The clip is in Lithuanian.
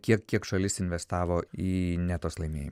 kiek šalis investavo į netos laimėjimą